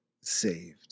saved